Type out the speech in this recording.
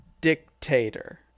dictator